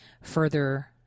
further